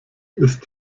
ist